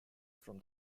from